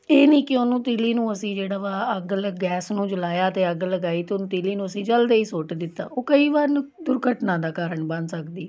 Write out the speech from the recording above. ਇਹ ਨਹੀਂ ਕਿ ਉਹਨੂੰ ਤੀਲੀ ਨੂੰ ਅਸੀਂ ਜਿਹੜਾ ਵਾ ਅੱਗ ਨਾਲ ਗੈਸ ਨੂੰ ਜਲਾਇਆ ਅਤੇ ਅੱਗ ਲਗਾਈ ਤਾਂ ਉਹਨੂੰ ਤੀਲੀ ਨੂੰ ਅਸੀਂ ਜਲਦਾ ਹੀ ਸੁੱਟ ਦਿੱਤਾ ਉਹ ਕਈ ਵਾਰ ਦੁਰਘਟਨਾ ਦਾ ਕਾਰਨ ਬਣ ਸਕਦੀ